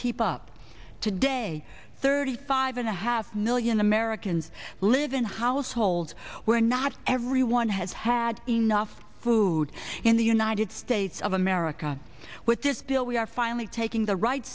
keep up today thirty five and a half million americans live in households where not everyone has had enough food in the united states of america with this bill we are finally taking the right